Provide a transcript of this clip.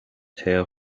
tail